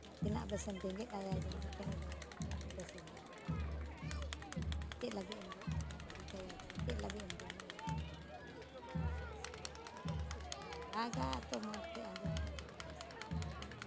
ᱟᱨ ᱛᱤᱱᱟᱹᱜ ᱵᱮᱥ ᱮᱢ ᱵᱮᱸᱜᱮᱫᱟᱭᱟ ᱡᱮ ᱱᱩᱭ ᱪᱮᱬᱮ ᱫᱚ ᱫᱚᱢᱮ ᱵᱮᱥᱮ ᱧᱮᱞᱚᱜ ᱠᱟᱱᱟ ᱢᱮᱱᱛᱮ ᱟᱨ ᱪᱮᱫ ᱞᱟᱹᱜᱤᱫ ᱮᱢ ᱜᱚᱡ ᱠᱟᱛᱮᱫᱮᱢ ᱜᱤᱰᱤ ᱠᱟᱭᱟ ᱥᱮ ᱪᱮᱫ ᱞᱟᱹᱜᱤᱫ ᱮᱢ ᱡᱚᱢᱮᱭᱟ ᱩᱱᱤ ᱫᱚ ᱢᱚᱡᱽ ᱜᱮ ᱦᱤᱡᱩᱜᱼᱟ ᱟᱨ ᱥᱮᱱᱚᱜᱼᱟ ᱟᱨ ᱨᱟᱜᱟ ᱛᱳ ᱢᱚᱡᱽ ᱚᱠᱚᱡ ᱟᱸᱡᱚᱢᱚᱜᱼᱟ ᱛᱤᱱᱟᱹᱜ ᱵᱮᱥ ᱱᱟᱯᱟᱭ ᱚᱠᱚᱡ